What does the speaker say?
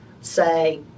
say